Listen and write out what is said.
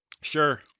Sure